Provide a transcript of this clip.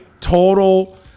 total